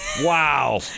Wow